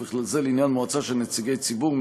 ובכלל זה לעניין מועצה של נציגי ציבור,